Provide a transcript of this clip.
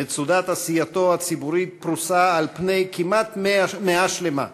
מצודת עשייתו הציבורית פרוסה על פני כמעט מאה שלמה,